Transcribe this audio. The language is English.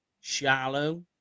shallow